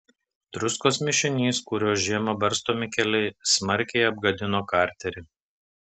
druskos mišinys kuriuo žiemą barstomi keliai smarkiai apgadino karterį